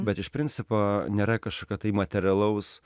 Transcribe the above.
bet iš principo nėra kažkokio materialaus